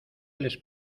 les